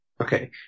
Okay